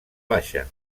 baixa